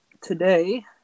Today